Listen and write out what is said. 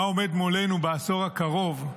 מה עומד מולנו בעשור הקרוב,